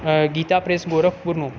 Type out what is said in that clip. Gita press ગોરખપુરનું